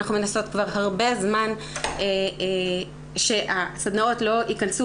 אנחנו מנסות כבר הרבה זמן לגרום לכך שהסדנאות לא ייכנסו